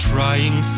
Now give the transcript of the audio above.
Trying